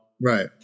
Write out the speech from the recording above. Right